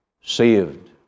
Saved